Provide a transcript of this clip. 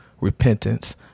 repentance